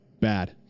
bad